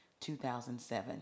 2007